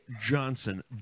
Johnson